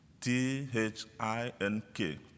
T-H-I-N-K